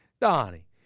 Donnie